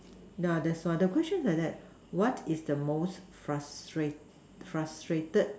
yeah that's why the question is like that what is most frustra~ frustrated